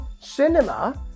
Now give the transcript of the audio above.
cinema